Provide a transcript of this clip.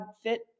fit